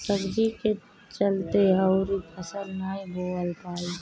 सब्जी के चलते अउर फसल नाइ बोवा पाई